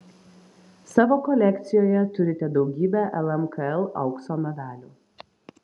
savo kolekcijoje turite daugybę lmkl aukso medalių